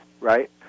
right